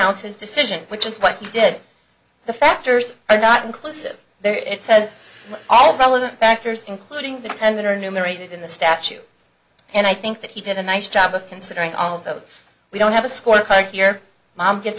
ounce his decision which is what you did the factors are not inclusive there it says all relevant factors including the tenor numerated in the statute and i think that he did a nice job of considering all of those we don't have a scorecard here mom gets